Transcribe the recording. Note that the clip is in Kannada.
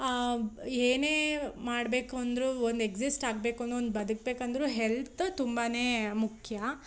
ಏನೇ ಮಾಡಬೇಕು ಅಂದ್ರೂ ಒಂದು ಎಕ್ಸಿಸ್ಟ್ ಆಗಬೇಕನ್ನೋ ಒಂದು ಬದುಕ್ಬೇಕಂದ್ರೂ ಹೆಲ್ತ ತುಂಬಾ ಮುಖ್ಯ